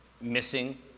missing